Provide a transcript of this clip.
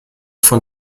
von